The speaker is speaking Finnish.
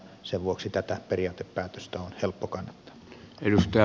sen vuoksi tätä periaatepäätöstä on helppo kannattaa